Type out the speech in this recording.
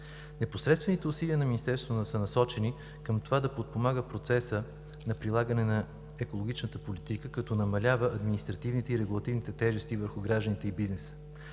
Непосредствените усилия на Министерството са насочени към това да подпомага процеса на прилагане на екологичната политика като намалява административните и регулативните тежести върху гражданите и бизнеса.